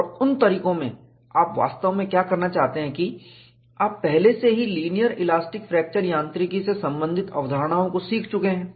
और उन तरीकों में आप वास्तव में क्या करना चाहते हैं कि आप पहले से ही लीनियर इलास्टिक फ्रैक्चर यांत्रिकी से संबंधित अवधारणाओं को सीख चुके हैं